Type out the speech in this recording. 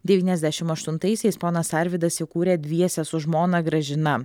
devyniasdešimt aštuntaisiais ponas arvydas įkūrė dviese su žmona gražina